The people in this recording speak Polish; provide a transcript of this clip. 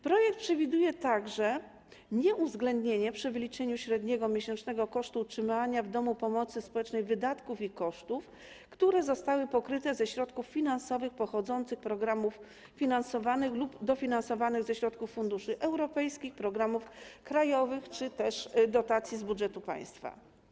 Projekt przewiduje także nieuwzględnianie przy wyliczaniu średniego miesięcznego kosztu utrzymania w domu pomocy społecznej wydatków i kosztów, które zostały pokryte ze środków finansowych pochodzących z programów finansowanych lub dofinansowanych ze środków funduszy europejskich, programów krajowych czy też dotacji z budżetu państwa.